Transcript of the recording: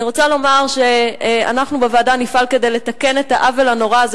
אני רוצה לומר שאנחנו בוועדה נפעל כדי לתקן את העוול הנורא הזה